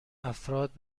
افراد